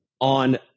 on